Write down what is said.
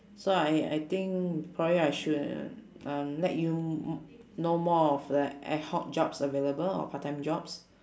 so I I think probably I should um let you m~ know more of the like ad hoc jobs available or part time jobs